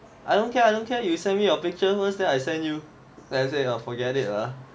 I don't care I don't care you send me your picture first then I send you then I say we forget it lah